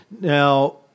Now